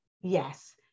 Yes